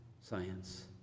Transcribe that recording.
science